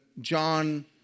John